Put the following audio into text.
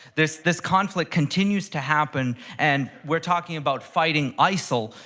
this this conflict continues to happen and we're talking about fighting isil.